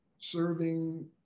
serving